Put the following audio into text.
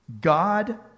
God